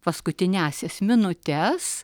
paskutiniąsias minutes